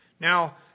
Now